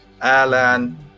Alan